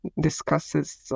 discusses